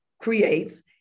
creates